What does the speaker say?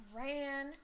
ran